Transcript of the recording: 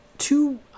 Two